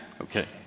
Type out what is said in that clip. Okay